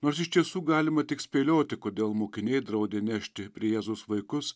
nors iš tiesų galima tik spėlioti kodėl mokiniai draudė nešti prie jėzaus vaikus